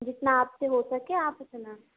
جتنا آپ سے ہو سکے آپ اتنا